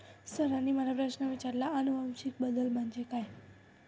सरांनी मला प्रश्न विचारला आनुवंशिक बदल म्हणजे काय?